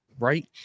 right